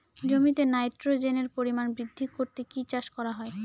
জমিতে নাইট্রোজেনের পরিমাণ বৃদ্ধি করতে কি চাষ করা হয়?